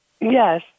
Yes